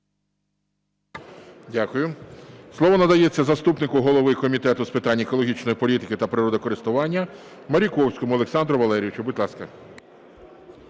Дякую. Слово надається заступнику голови Комітету з питань екологічної політики та природокористування Маріковському Олександру Валерійовичу. Будь ласка.